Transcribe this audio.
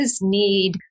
need